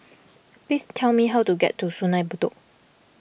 please tell me how to get to Sungei Bedok